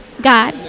God